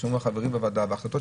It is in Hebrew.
שומעים חברים בוועדה ויכול להיות